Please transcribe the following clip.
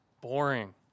boring